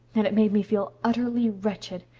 and it made me feel utterly wretched.